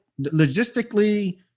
logistically